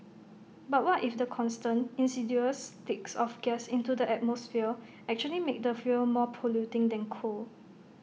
but what if the constant insidious leaks of gas into the atmosphere actually make the fuel more polluting than coal